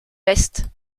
l’est